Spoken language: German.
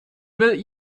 will